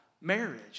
marriage